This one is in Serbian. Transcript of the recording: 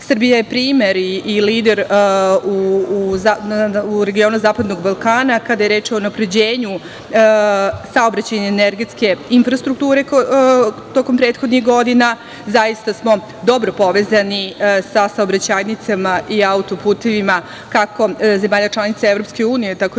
Srbija je primer i lider u regionu Zapadnog Balkana kada je reč o unapređenju saobraćajne i energetske infrastrukture tokom prethodnih godina. Zaista smo dobro povezani sa saobraćajnicama i autoputevima kako zemalja članica EU, tako i ostalim